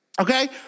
Okay